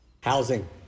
Housing